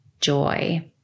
joy